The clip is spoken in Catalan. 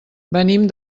venim